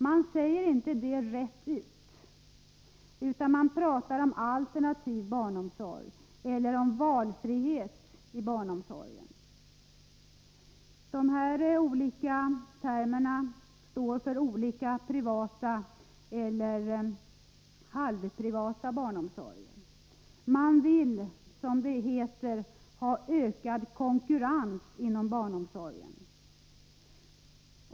Man säger det inte rätt ut, utan man pratar om alternativ barnomsorg eller om valfrihet i barnomsorgen. Dessa olika termer står för olika privata eller halvprivata barnomsorger. Man vill, som det heter, ha ökad konkurrens inom barnomsorgen.